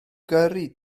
gyrru